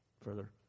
further